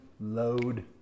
Load